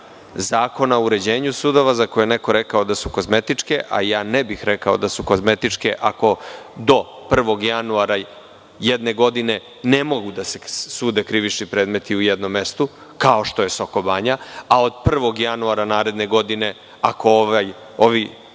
Zakona o uređenju sudova za koje je neko rekao da su kozmetičke, a ne bih rekao da su kozmetičke, ako do 1. januara jedne godine ne mogu da se sude krivični predmeti u jednom mestu, kao što je Soko Banja, a od 1. januara naredne godine, ako ovaj